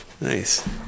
Nice